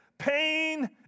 Pain